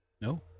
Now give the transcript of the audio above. No